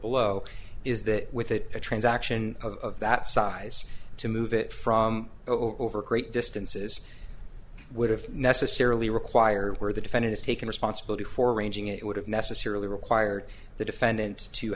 below is that with it a transaction of that size to move it from over great distances would have necessarily required where the defendant has taken responsibility for arranging it would have necessarily required the defendant to